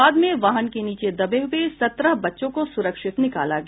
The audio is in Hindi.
बाद में वाहन के नीचे दबे हुए सत्रह बच्चों को सुरक्षित निकाला गया